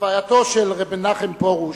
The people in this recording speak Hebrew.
הלווייתו של ר' מנחם פרוש,